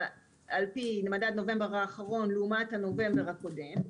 על פי מדד נובמבר האחרון לעומת נובמבר הקודם.